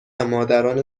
مادران